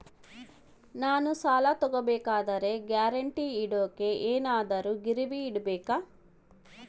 ನಾನು ಸಾಲ ತಗೋಬೇಕಾದರೆ ಗ್ಯಾರಂಟಿ ಕೊಡೋಕೆ ಏನಾದ್ರೂ ಗಿರಿವಿ ಇಡಬೇಕಾ?